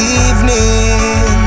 evening